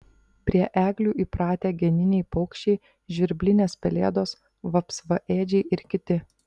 prie eglių įpratę geniniai paukščiai žvirblinės pelėdos vapsvaėdžiai ir kiti